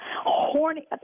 horny